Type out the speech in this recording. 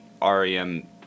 REM